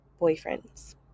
boyfriends